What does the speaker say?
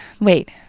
wait